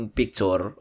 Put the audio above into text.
picture